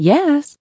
Yes